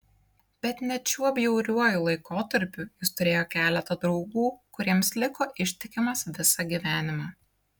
bet net šiuo bjauriuoju laikotarpiu jis turėjo keletą draugų kuriems liko ištikimas visą gyvenimą